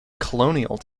colonial